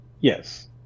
Yes